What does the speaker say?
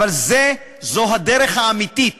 אבל זו הדרך האמיתית